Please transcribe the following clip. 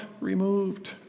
removed